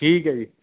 ਠੀਕ ਹੈ ਜੀ